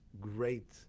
great